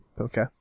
Okay